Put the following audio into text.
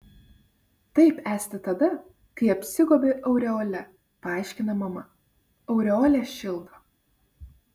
taip esti tada kai apsigobi aureole paaiškina mama aureolė šildo